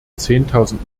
zehntausend